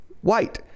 white